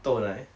豆奶